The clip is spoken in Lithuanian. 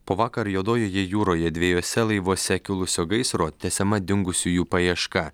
po vakar juodojoje jūroje dviejuose laivuose kilusio gaisro tęsiama dingusiųjų paieška